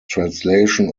translation